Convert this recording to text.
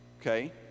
Okay